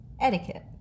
etiquette